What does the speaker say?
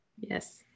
Yes